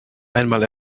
einmal